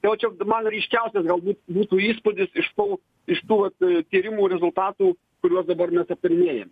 jau čia man ryškiausias galbūt būtų įspūdis iš to iš tu vat tyrimų rezultatų kuriuos dabar mes aptarinėjam